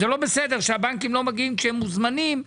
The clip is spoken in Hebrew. זה לא בסדר שהבנקים לא מגיעים כשהם מוזמנים,